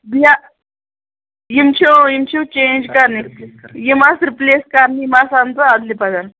بیٚیہِ یِم چھِ یِم چھِ چینٛج کَرنہِ یِم آسہٕ رِپلیٚس کَرنہِ یِم آسہٕ آمژٕ اَدلہِ بَدل